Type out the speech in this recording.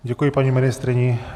Děkuji paní ministryni.